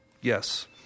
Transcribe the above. yes